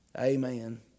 amen